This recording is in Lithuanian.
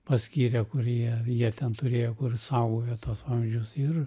paskyrė kur jie jie ten turėjo kur saugojo tuos vamzdžius ir